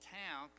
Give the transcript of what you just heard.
town